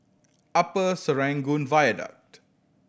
Upper Serangoon Viaduct